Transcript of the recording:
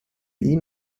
ihn